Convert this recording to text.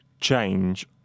change